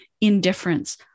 indifference